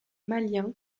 malien